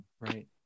Right